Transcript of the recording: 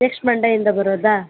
next Monday ಇಂದ ಬರೋದ